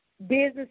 business